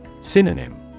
Synonym